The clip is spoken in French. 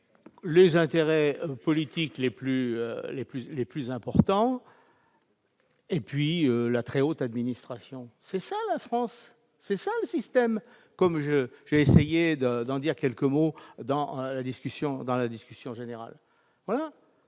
les intérêts politiques les plus importants et la très haute administration. C'est cela, la France ; c'est cela, le système ! J'ai d'ailleurs essayé d'en dire quelques mots dans la discussion générale. Et